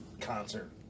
concert